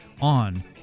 on